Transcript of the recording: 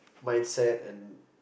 mindset and